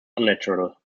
unnatural